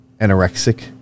anorexic